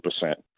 percent